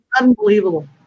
unbelievable